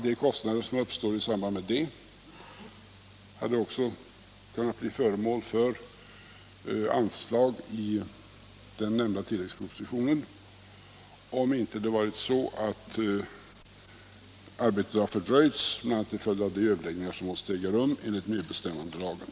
De kostnader som uppstår i samband därmed hade också kunnat bli föremål för anslag i den nämnda tilläggspropositionen, om det inte hade varit så, att arbetet fördröjts bl.a. till följd av de överläggningar som måste äga rum enligt medbestämmandelagen.